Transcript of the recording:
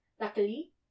Luckily